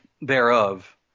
thereof